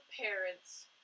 parents